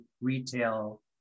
retail